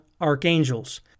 archangels